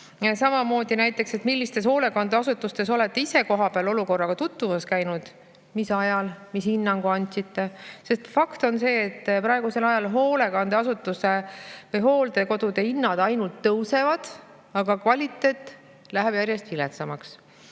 Samamoodi näiteks, millistes hoolekandeasutustes on [minister] ise kohapeal olukorraga tutvumas käinud, mis ajal ja mis hinnangu ta on andnud. Fakt on see, et praegusel ajal hoolekandeasutuste ehk hooldekodude hinnad ainult tõusevad, aga kvaliteet läheb järjest viletsamaks.